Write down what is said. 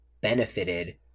benefited